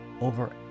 over